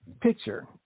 picture